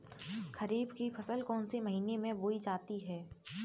खरीफ की फसल कौन से महीने में बोई जाती है?